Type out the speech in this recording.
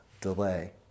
delay